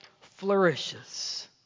flourishes